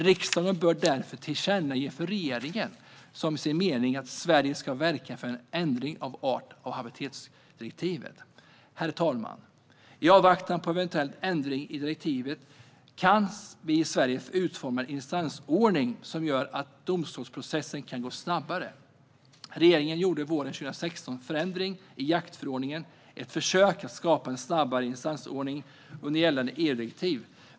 Riksdagen bör därför tillkännage för regeringen som sin mening att Sverige ska verka för en ändring av art och habitatsdirektivet. Herr talman! I avvaktan på eventuella ändringar i direktivet kan Sverige utforma en instansordning som gör att domstolsprocessen går snabbare. Regeringen gjorde våren 2016 förändringar i jaktförordningen i ett försök att skapa en snabbare instansordning under gällande EU-direktiv.